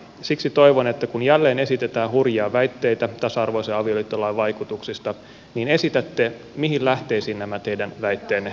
siksi toivon että kun jälleen esitetään hurjia väitteitä tasa arvoisen avioliittolain vaikutuksista niin esitätte mihin lähteisiin nämä teidän väitteenne perustuvat